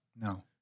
No